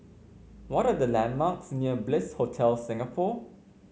what are the landmarks near Bliss Hotel Singapore